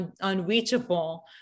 unreachable